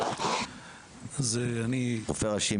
רופא ראשי,